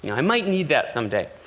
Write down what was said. you know i might need that someday.